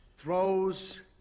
...throws